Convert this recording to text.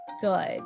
good